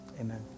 amen